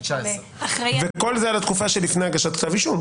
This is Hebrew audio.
וכל זה על התקופה שלפני הגשת כתב אישום.